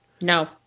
No